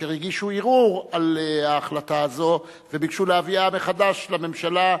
אשר הגישו ערעור על ההחלטה הזאת וביקשו להביאה מחדש לממשלה.